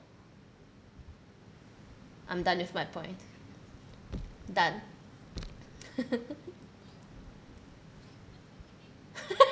I'm done with my point done